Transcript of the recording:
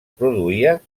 produïa